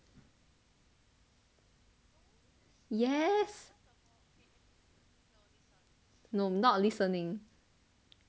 yes no not listening